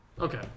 Okay